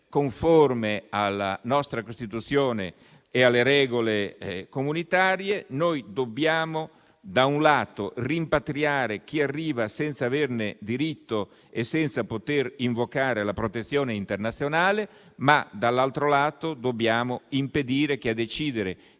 conforme alla nostra Costituzione e alle regole comunitarie. Noi dobbiamo, da un lato, rimpatriare chi arriva senza averne diritto e senza poter invocare la protezione internazionale e, dall'altro, impedire che siano